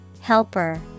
Helper